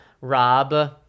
rob